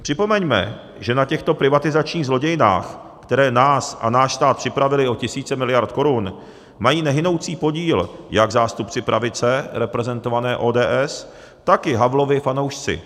Připomeňme, že na těchto privatizačních zlodějinách, které nás a náš stát připravily o tisíce miliard korun, mají nehynoucí podíl jak zástupci pravice reprezentované ODS, tak i Havlovi fanoušci.